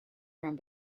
from